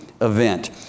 event